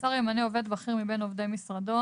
(א)השר ימנה עובד ביר מבין עובדי משרדו